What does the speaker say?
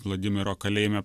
vladimiro kalėjime